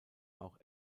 auch